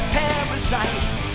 parasites